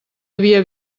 havia